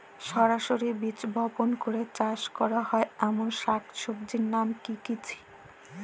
সরাসরি বীজ বপন করে চাষ করা হয় এমন শাকসবজির নাম কি কী?